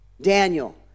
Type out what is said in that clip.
Daniel